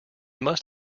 must